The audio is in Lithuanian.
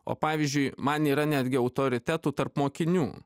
o pavyzdžiui man yra netgi autoritetų tarp mokinių